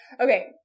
Okay